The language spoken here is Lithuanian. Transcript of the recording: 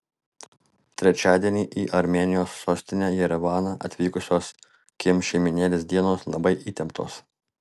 trečiadienį į armėnijos sostinę jerevaną atvykusios kim šeimynėlės dienos labai įtemptos